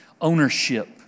Ownership